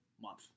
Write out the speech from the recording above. month